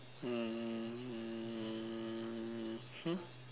mmhmm